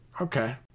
Okay